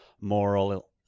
moral